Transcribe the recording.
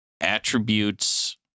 attributes